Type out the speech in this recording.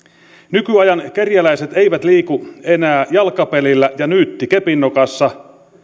nykyajan kerjäläiset eivät liiku enää jalkapelillä ja nyytti kepinnokassa